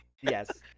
Yes